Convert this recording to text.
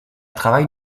travaille